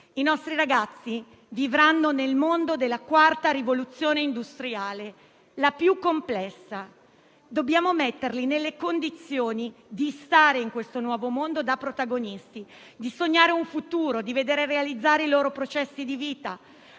i nostri ragazzi vivranno nel mondo della quarta rivoluzione industriale, la più complessa. Dobbiamo metterli nelle condizioni di stare in questo nuovo mondo da protagonisti, di sognare un futuro e di vedere realizzare i loro processi di vita.